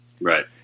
right